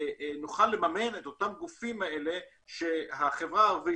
נוכל לממן את אותם גופים שהחברה הערבית